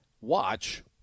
watch